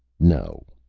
no.